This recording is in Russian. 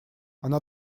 она